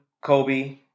Kobe